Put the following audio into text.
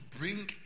bring